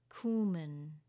cumin